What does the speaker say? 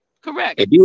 Correct